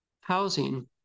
housing